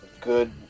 good